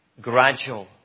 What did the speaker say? gradual